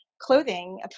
clothing